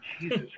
Jesus